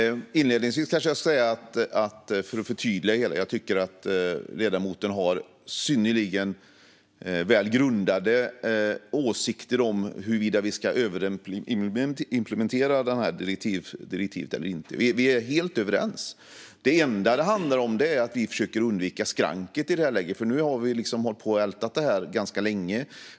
Herr talman! För att förtydliga det hela kanske jag inledningsvis ska säga att jag tycker att ledamoten har synnerligen väl grundade åsikter om huruvida vi ska överimplementera direktivet eller inte. Vi är helt överens. Det enda det handlar om är att vi försöker undvika skranket i det här läget, för nu har vi hållit på och ältat detta ganska länge.